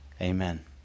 Amen